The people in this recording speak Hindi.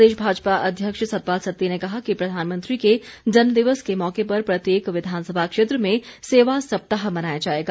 प्रदेश भाजपा अध्यक्ष सतपाल सत्ती ने कहा कि प्रधानमंत्री के जन्म दिवस के मौके पर प्रत्येक विधानसभा क्षेत्र में सेवा सप्ताह मनाया जाएगा